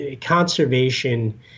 conservation